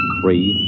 three